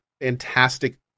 fantastic